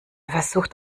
versucht